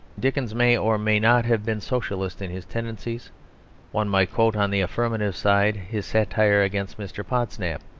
dickens may or may not have been socialist in his tendencies one might quote on the affirmative side his satire against mr. podsnap,